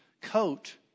coat